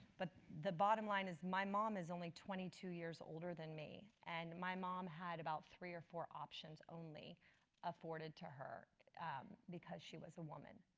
but the bottom line is my mom is only twenty two years older than me, and my mom had about three of four options only afforded to her because she was a woman.